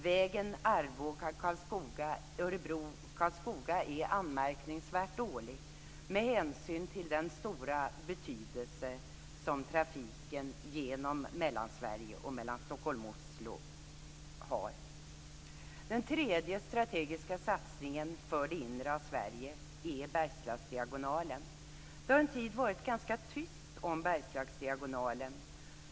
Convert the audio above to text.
Vägen Arboga-Karlskoga och Örebro-Karlskoga är anmärkningsvärt dålig med hänsyn till den stora betydelse som trafiken genom Mellansverige och mellan Stockholm och Oslo har. Sverige är Berslagsdiagonalen. Det har under en tid varit ganska tyst om Bergslagsdiagonalen.